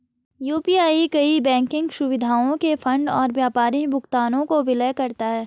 UPI कई banking सुविधाओं के फंड और व्यापारी भुगतानों को विलय करता है